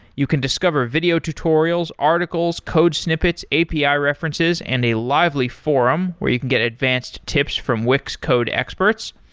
you can discover video tutorials, articles, code snippets, api ah references and a lively forum where you can get advanced tips from wix code experts.